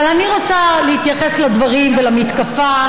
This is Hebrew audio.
אבל אני רוצה להתייחס לדברים ולמתקפה